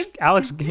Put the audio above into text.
Alex